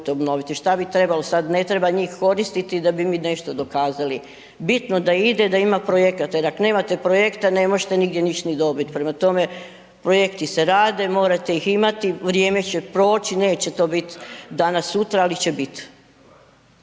Što bi trebalo sad? Ne treba njih koristiti da bi mi nešto dokazali? Bitno je da ide i da ima projekata jer ako nemate projekta ne možete nigdje ništa ni dobiti, prema tome, projekti se rade, morate ih imati, vrijeme će proći, neće to biti danas, sutra, ali će biti.